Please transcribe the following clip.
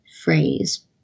phrase